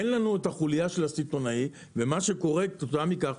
אין לנו את החולייה של הסיטונאי ומה שקורה כתוצאה מכך,